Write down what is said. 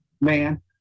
man